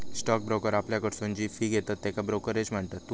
stock broker आपल्याकडसून जी fee घेतत त्येका ब्रोकरेज म्हणतत